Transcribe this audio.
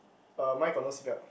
uh mine got no seat belt